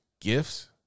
gifts